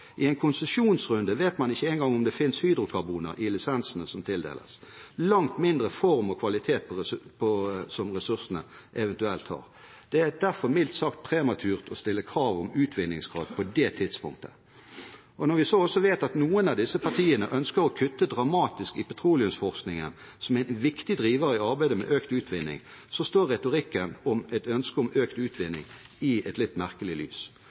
I en konsesjonsrunde vet man ikke engang om det finnes hydrokarboner i lisensene som tildeles, langt mindre om form og kvalitet som ressursene eventuelt har. Det er derfor mildt sagt prematurt å stille krav om utvinningsgrad på det tidspunktet. Når vi også vet at noen av disse partiene ønsker å kutte dramatisk i petroleumsforskningen, som er en viktig driver i arbeidet med økt utvinning, står retorikken om et ønske om økt utvinning i et litt merkelig lys.